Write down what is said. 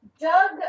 Doug